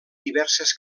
diverses